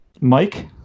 Mike